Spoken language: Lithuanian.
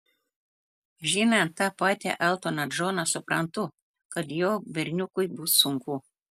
žinant tą patį eltoną džoną suprantu kad jo berniukui bus sunku